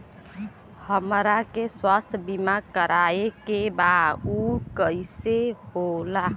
हमरा के स्वास्थ्य बीमा कराए के बा उ कईसे होला?